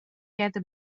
گرده